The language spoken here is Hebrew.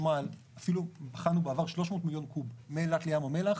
אפילו בחנו בעבר 300 מיליון קוב מאילת לים המלח.